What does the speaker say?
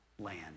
land